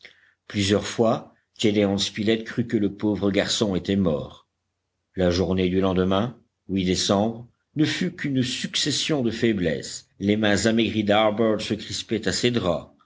plusieurs fois gédéon spilett crut que le pauvre garçon était mort la journée du lendemain décembre ne fut qu'une succession de faiblesses les mains amaigries d'harbert se crispaient à ses draps